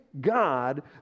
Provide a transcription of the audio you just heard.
God